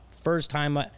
first-time